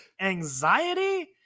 anxiety